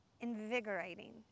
invigorating